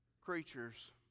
creatures